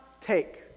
take